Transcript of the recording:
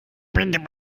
bindet